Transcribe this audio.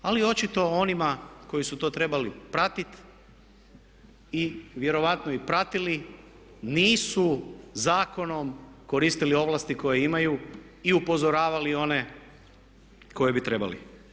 Ali očito onima koji su to trebali pratiti i vjerojatno i pratili nisu zakonom koristili ovlasti koje imaju i upozoravali one koje bi trebali.